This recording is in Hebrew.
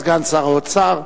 סגן שר האוצר,